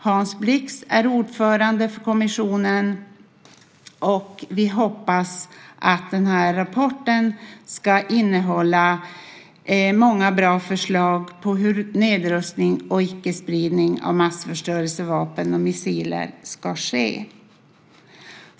Hans Blix är ordförande för kommissionen, och vi hoppas att rapporten ska innehålla många bra förslag på hur nedrustning och icke-spridning av massförstörelsevapen och missiler ska ske.